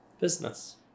business